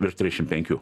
virš trišim penkių